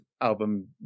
album